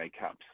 Cups